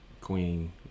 Queen